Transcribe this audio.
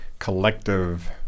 Collective